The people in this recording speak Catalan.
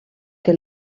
que